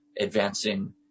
advancing